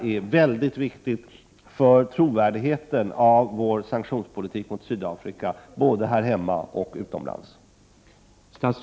Jag tror att detta är mycket viktigt för trovärdigheten av vår sanktionspolitik mot Sydafrika, både här hemma och utomlands.